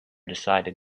decided